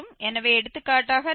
எனவே எடுத்துக்காட்டாக நாம் 0